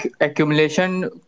Accumulation